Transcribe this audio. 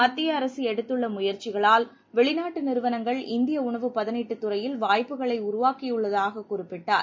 மத்திய அரசு எடுத்துள்ள முயற்சிகளால் வெளிநாட்டு நிறுவனங்கள் இந்திய உணவு பதனிட்டுத் துறையில் வாய்ப்புகளை உருவாக்கியுள்ளாக குறிப்பிட்டார்